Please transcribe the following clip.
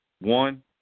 One